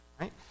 Right